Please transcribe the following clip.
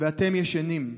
ואתם ישנים.